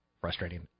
frustrating